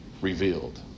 revealed